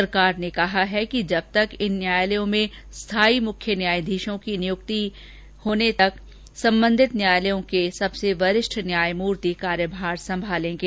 सरकार ने कहा है कि इन न्यायालयों में स्थायी मुख्य न्यायाधीशों की नियुक्ति होने तक संबंधित न्यायालयों के सबसे वरिष्ठ न्यायमूर्ति कार्यभार संभालेंगे